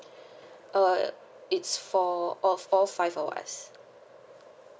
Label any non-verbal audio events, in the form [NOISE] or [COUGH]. [BREATH] uh it's for all all for five of us